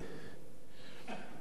שבמערכת השיפוטית,